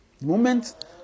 Moment